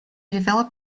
developed